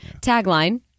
tagline